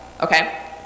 Okay